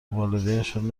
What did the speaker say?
والدینشان